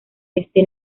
este